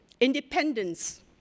independence